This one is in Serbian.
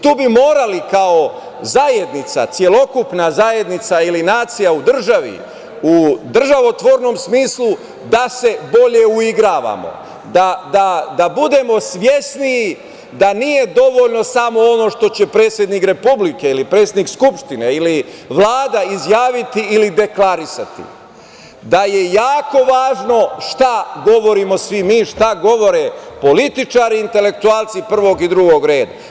Tu bi morali, kao zajednica, celokupna zajednica ili nacija u državi, u državotvornom smislu da se bolje uigravamo, da budemo svesniji da nije dovoljno samo ono što će predsednik Republike ili predsednik Skupštine ili Vlada izjaviti ili deklarisati, da je jako važno šta govorimo svim mi, šta govore političari, intelektualci prvog i drugog reda.